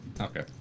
Okay